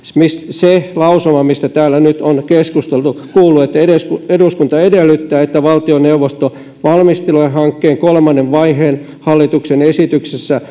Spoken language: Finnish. se lausuma mistä täällä nyt on keskusteltu kuuluu eduskunta edellyttää että valtioneuvosto valmistelee hankkeen kolmannen vaiheen hallituksen esityksessä